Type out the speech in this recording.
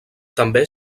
també